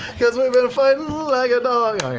because we've been fighting like a dog.